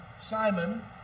Simon